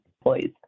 employees